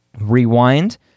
Rewind